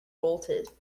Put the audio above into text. bolted